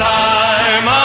time